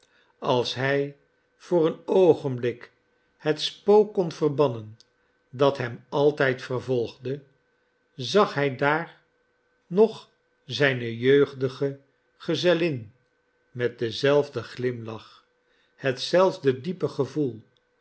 als hij voor een oogenblik het spook kon verbannen dat hem altijd vervolgde zag hij daar nog zijne jeugdige gezellin met denzelfden glimlach hetzelfde diepe gevoel